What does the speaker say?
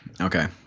Okay